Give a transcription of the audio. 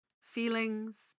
feelings